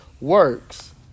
works